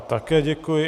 Také děkuji.